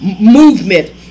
movement